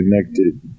connected